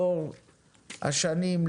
לאור השנים,